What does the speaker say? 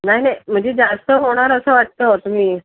नाही नाही म्हणजे जास्त होणार असं वाटतं तुम्ही